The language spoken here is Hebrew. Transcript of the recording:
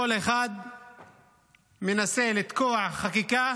כל אחד מנסה לתקוע חקיקה